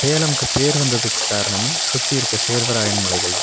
சேலமுக்கு பெயர் வந்ததுக்கு காரணம் சுற்றி இருக்கற சேர்வராயன் மலைகள் தான்